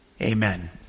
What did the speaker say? Amen